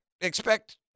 expect